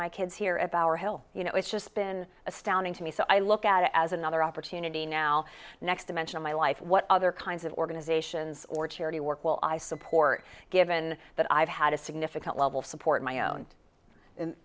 my kids here about our hill you know it's just been astounding to me so i look at it as another opportunity now next dimension of my life what other kinds of organizations or charity work will i support given that i've had a significant level support my